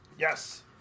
Yes